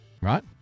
Right